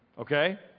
Okay